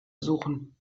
suchen